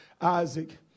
Isaac